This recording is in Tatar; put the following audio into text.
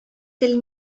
тел